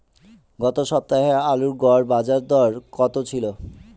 গত সপ্তাহে আলুর গড় বাজারদর কত ছিল?